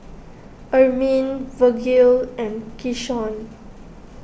Ermine Vergil and Keshawn